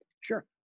sure